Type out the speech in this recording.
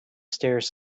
stairs